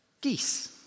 geese